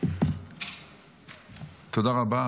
תודה רבה.